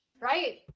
Right